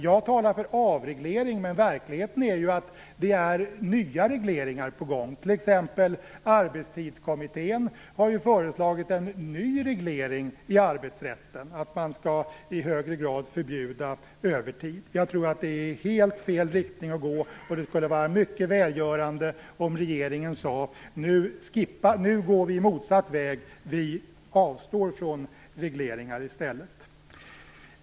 Jag talar för avreglering, men i verkligheten är nya regleringar på gång. T.ex. har Arbetstidskommittén föreslagit en ny reglering i arbetsrätten, att man i högre grad skall förbjuda övertid. Det är att gå i helt fel riktning. Det skulle vara mycket välgörande om regeringen sade: Nu går vi motsatt väg. Vi avstår i stället från regleringar.